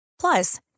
Plus